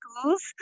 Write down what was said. schools